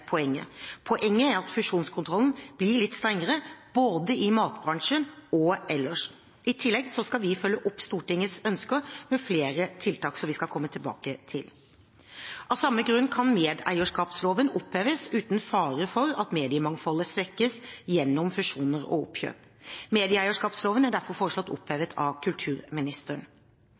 poenget. Poenget er at fusjonskontrollen blir litt strengere, både i matbransjen og ellers. I tillegg skal vi følge opp Stortingets ønsker med flere tiltak, som vi skal komme tilbake til. Av samme grunn kan medieeierskapsloven oppheves uten fare for at mediemangfoldet svekkes gjennom fusjoner og oppkjøp. Medieeierskapsloven er derfor foreslått opphevet av kulturministeren.